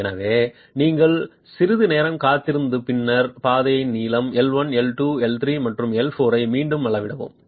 எனவே நீங்கள் சிறிது நேரம் காத்திருந்து பின்னர் பாதை நீளம் L 1 L 2 L 3 மற்றும் L 4 ஐ மீண்டும் அளவிடவும்